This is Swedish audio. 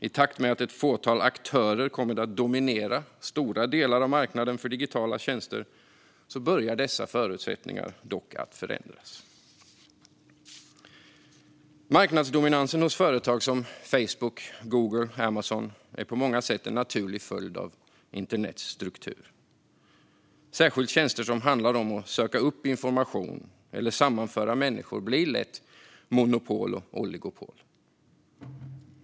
I takt med att ett fåtal aktörer har kommit att dominera stora delar av marknaden för digitala tjänster börjar dock dessa förutsättningar förändras. Marknadsdominansen hos företag som Facebook, Google och Amazon är på många sätt en naturlig följd av internets struktur. Särskilt tjänster som handlar om att söka upp information eller sammanföra människor blir lätt till monopol och oligopol.